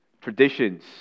traditions